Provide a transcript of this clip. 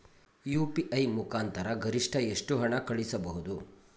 UPI ಮುಖಾಂತರ ಗರಿಷ್ಠ ಎಷ್ಟು ಹಣ ಕಳಿಸಬಹುದು?